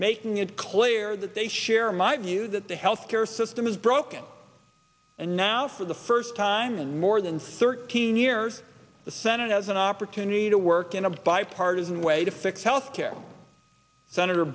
making it clear that they share my view that the health care system is broken and now for the first time in more than thirteen years the senate has an opportunity to work in a bipartisan way to fix health care senator